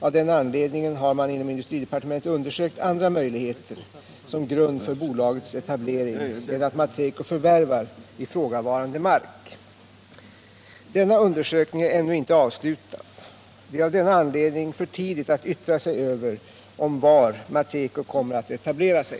Av den anledningen har man inom industridepartementet undersökt andra möjligheter som grund för bolagets etablering än att Matreco förvärvar ifrågavarande mark. Denna undersökning är ännu inte avslutad. Det är av den anledningen för tidigt att yttra sig över om och var Matreco kommer att etablera sig.